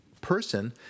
person